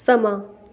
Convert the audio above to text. ਸਮਾਂ